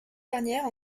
dernière